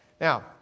Now